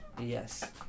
yes